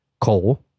coal